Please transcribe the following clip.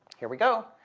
here we go.